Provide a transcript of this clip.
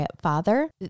father